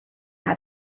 how